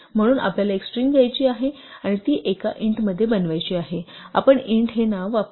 म्हणून आपल्याला एक स्ट्रिंग घ्यायची आहे आणि ती एका int मध्ये बनवायची आहे आपण int हे नाव वापरतो